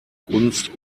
kunst